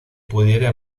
pudiera